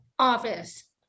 Office